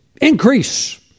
Increase